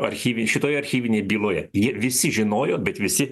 archyve šitoje archyvinėje byloje jie visi žinojo bet visi